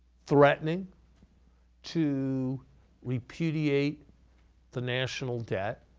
threatening to repudiate the national debt